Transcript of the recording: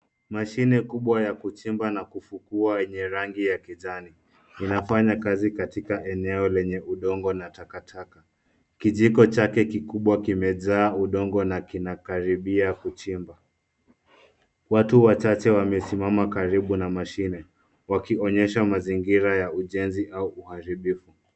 Mashine kubwa ya kuchimba na kufukua yenye rangi ya kijani inafanya kazi katika eneo lenye udongo na takataka. Kijiko chake kikubwa kimejaa udongo na kinakaribia kuchimba. Watu wachache wamesimama karibu na mashine, wakionyesha mazingira ya ujenzi au uharibifu.